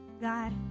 God